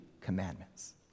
commandments